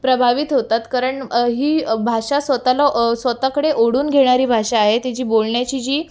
प्रभावित होतात कारण ही भाषा स्वतःला स्वतःकडे ओढून घेणारी भाषा आहे तिची बोलण्याची जी